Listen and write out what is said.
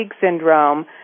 syndrome